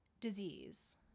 disease